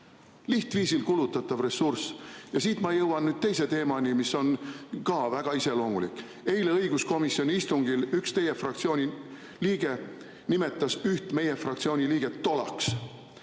Lihtviisil kulutatav ressurss! Ja siit ma jõuan teise teemani, mis on ka väga iseloomulik. Eile õiguskomisjoni istungil üks teie fraktsiooni liige nimetas üht meie fraktsiooni liiget tolaks.